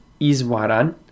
Iswaran